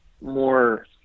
more